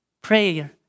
Prayer